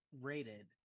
rated